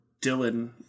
Dylan